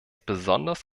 besonders